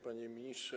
Panie Ministrze!